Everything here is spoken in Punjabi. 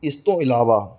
ਇਸ ਤੋਂ ਇਲਾਵਾ